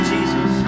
Jesus